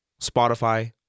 Spotify